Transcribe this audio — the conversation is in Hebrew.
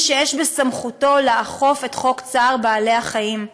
שבסמכותם לאכוף את חוק צער בעלי-חיים.